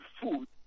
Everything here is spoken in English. food